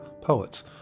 poets